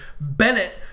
Bennett